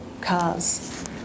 cars